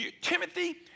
Timothy